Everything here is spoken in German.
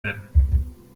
werden